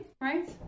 right